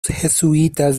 jesuitas